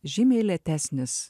žymiai lėtesnis